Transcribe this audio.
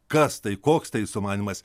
kas tai koks tai sumanymas